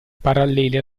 parallele